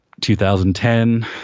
2010